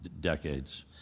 decades